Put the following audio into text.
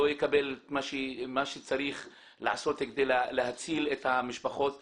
לא יקבל מה שצריך לעשות כדי להציל את המשפחות ולכן,